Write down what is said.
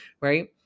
right